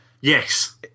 Yes